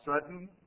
sudden